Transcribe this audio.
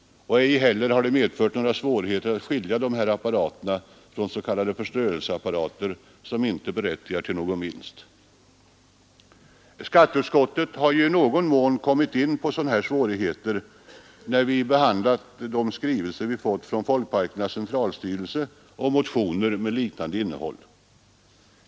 Ej heller har det medfört några svårigheter att skilja de här apparaterna från s.k. förströelseapparater, som inte berättigar till någon vinst. Skatteutskottet har ju i någon mån kommit in på sådana här svårigheter vid behandlingen av skrivelser från Folkparkernas centralstyrelse och motioner med liknande innehåll.